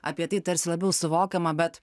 apie tai tarsi labiau suvokiama bet